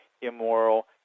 immoral